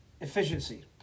efficiency